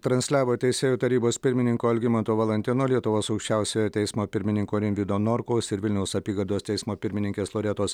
transliavo teisėjų tarybos pirmininko algimanto valantino lietuvos aukščiausiojo teismo pirmininko rimvydo norkaus ir vilniaus apygardos teismo pirmininkės loretos